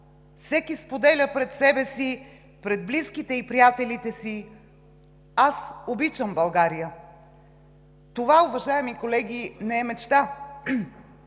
Всеки споделя пред себе си, пред близките и приятелите си: аз обичам България! Това, уважаеми колеги, не е мечта,